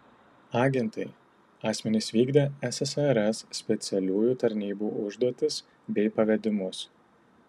agentai asmenys vykdę ssrs specialiųjų tarnybų užduotis bei pavedimus